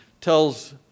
tells